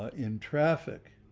ah in traffic,